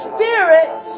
Spirit